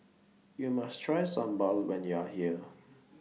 YOU must Try Sambal when YOU Are here